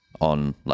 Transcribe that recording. on